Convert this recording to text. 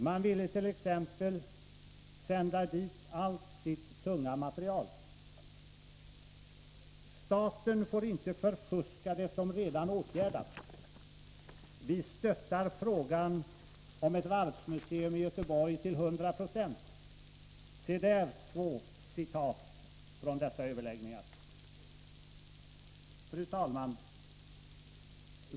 Man ville t.ex. sända dit allt sitt tunga material. ”Staten får inte förfuska det som redan åtgärdats.” ”Vi stöttar frågan om ett varvsmuseum i Göteborg till 100 96.” Se där två citat från dessa överläggningar. Fru talman!